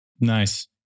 Nice